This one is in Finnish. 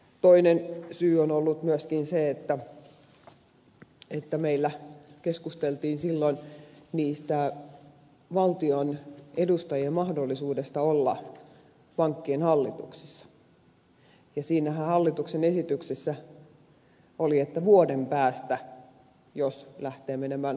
toinen syy on ollut myöskin se että meillä keskusteltiin silloin valtion edustajien mahdollisuudesta olla pankkien hallituksissa ja siinä hallituksen esityksessähän oli että vuoden päästä jos lähtee menemään huonosti